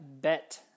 bet